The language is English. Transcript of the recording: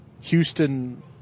Houston